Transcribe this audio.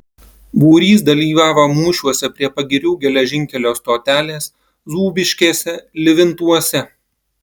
būrys dalyvavo mūšiuose prie pagirių geležinkelio stotelės zūbiškėse livintuose